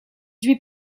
huit